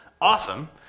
awesome